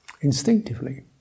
instinctively